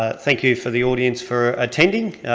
ah thank you for the audience for attending,